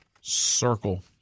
circle